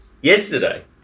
Yesterday